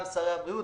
גם שרי הבריאות